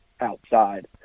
outside